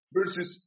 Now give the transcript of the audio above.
Versus